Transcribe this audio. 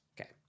okay